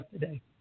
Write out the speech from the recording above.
today